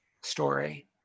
story